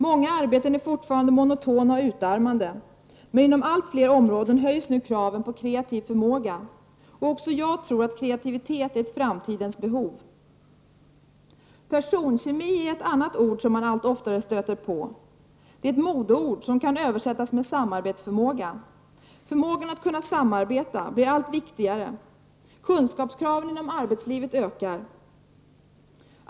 Många arbeten är fortfarande monotona och utarmande, men inom allt fler områden höjs nu kraven på kreativ förmåga. Också jag tror att kreativitet är ett framtidens behov. Personkemi är ett annat ord som man allt oftare stöter på. Det är ett modeord, som kan översättas med samarbetsförmåga. Förmågan att samarbeta blir allt viktigare. Kunskapskraven inom arbetslivet ökar.